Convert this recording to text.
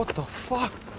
the fuck?